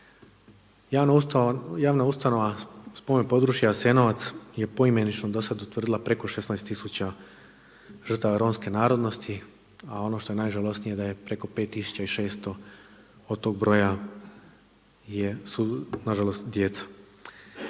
Javna ustanova Spomen područja Jasenovac je poimenično do sada utvrdila preko 16 tisuća žrtava Romske narodnosti, a ono što je najžalosnije da je preko 5600 od tog broja su nažalost djeca.